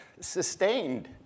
sustained